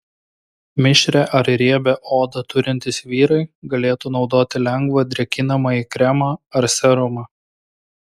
mišrią ar riebią odą turintys vyrai galėtų naudoti lengvą drėkinamąjį kremą ar serumą